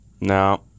No